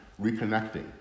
reconnecting